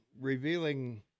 revealing